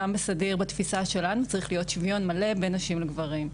גם בסדיר בתפיסה שלנו צריך להיות שוויון מלא בין נשים לגברים.